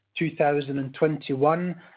2021